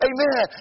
Amen